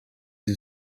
sie